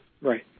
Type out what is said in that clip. Right